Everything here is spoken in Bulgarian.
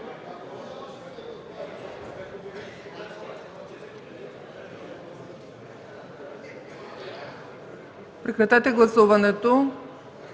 прекратете гласуването.